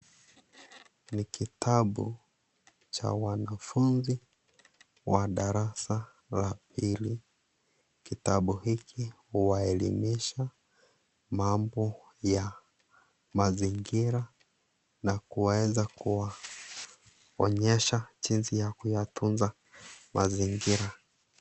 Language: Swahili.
Ni kitabu, cha wanafunzi, wa darasa la pili, kitabu hiki huwaelimisha mabo ya, mazingira, na kuweza kuwaonyesha jinsi ya kutunza, mazingira.